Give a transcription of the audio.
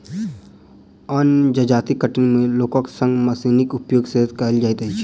अन्य जजाति कटनी मे लोकक संग मशीनक प्रयोग सेहो कयल जाइत अछि